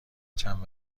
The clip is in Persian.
چند